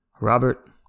Robert